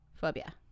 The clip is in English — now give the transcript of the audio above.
Phobia